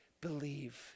believe